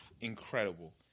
incredible